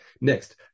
Next